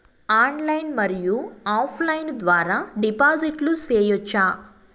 Online మరియు offline ద్వారా డిపాజిట్లు సేయొచ్చా?